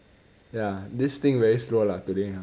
ya this thing very slow lah today